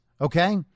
Okay